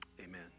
Amen